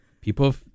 people